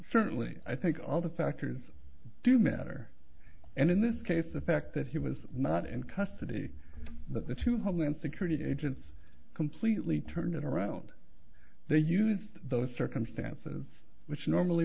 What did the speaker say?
certainly i think other factors do matter and in this case the fact that he was not in custody that the two homeland security agents completely turned it around they used those circumstances which normally